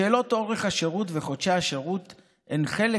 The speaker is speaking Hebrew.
שאלות אורך חודשי השירות וחודשי השירות הן חלק